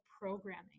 programming